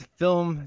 film